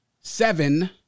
seven